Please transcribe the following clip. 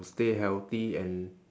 to stay healthy and